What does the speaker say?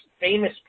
famous